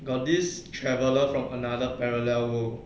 got this traveller from another parallel world